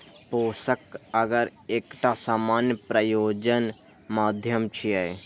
पोषक अगर एकटा सामान्य प्रयोजन माध्यम छियै